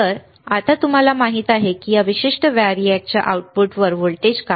तर अगदी सोपे आता तुम्हाला माहित आहे की या विशिष्ट व्हेरिएकच्या आउटपुटवर व्होल्टेज काय आहे बरोबर